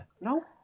No